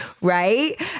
Right